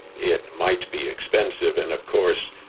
it might be expensive. and of course,